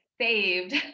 saved